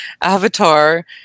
avatar